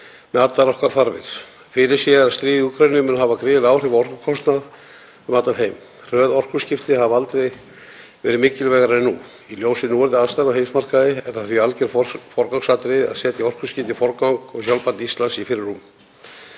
með allar okkar þarfir. Fyrirséð er að stríðið í Úkraínu mun hafa gríðarleg áhrif á orkukostnað um allan heim. Hröð orkuskipti hafi aldrei verið mikilvægari en nú. Í ljósi núverandi aðstæðna á heimsmarkaði er það því algjört forgangsatriði að setja orkuskipti í forgang og sjálfbærni Íslands í fyrirrúm.